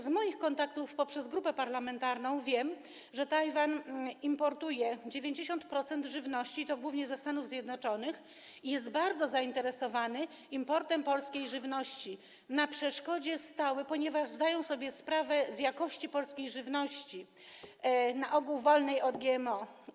Z moich kontaktów poprzez grupę parlamentarną wiem, że Tajwan importuje 90% żywności, i to głównie ze Stanów Zjednoczonych, i jest bardzo zainteresowany importem polskiej żywności, ponieważ zdaje sobie sprawę z jakości polskiej żywności, na ogół wolnej od GMO.